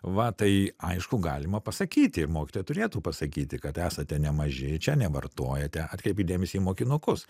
va tai aišku galima pasakyti ir mokytojai turėtų pasakyti kad esate nemaži čia nevartojate atkreipkit dėmesį į mokinukus